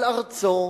על ארצו.